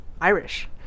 irish